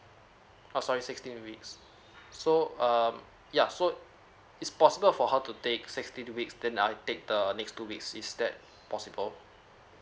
oh sorry sixteen weeks so um yeah so it's possible for her to take sixty two weeks then I take the next two weeks is that possible